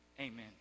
amen